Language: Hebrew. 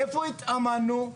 איפה התאמנו?